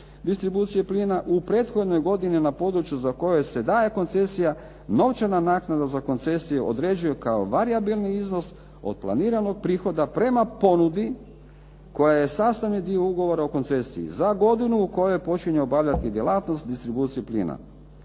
distribucije plina u prethodnoj godini na području za koje se daje koncesija, novčana naknada za koncesije određuje kao varijabilni iznos od planiranog prihoda prema ponudi koja je sastavni dio ugovora o koncesiji za godinu u kojoj počinje obavljati djelatnost distribucije plina.